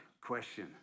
question